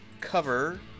cover